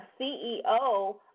ceo